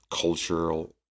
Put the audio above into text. cultural